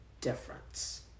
difference